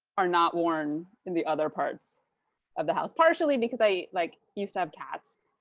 are not worn in the other parts of the house, partially because i like used to have cats.